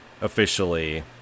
officially